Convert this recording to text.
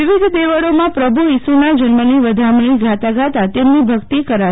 વિવિધ દેવળોમાં પ્રભુ ઇસુના જન્મની વધામણી ગાતા ગાતા તેમની ભકિત કરાશે